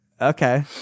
Okay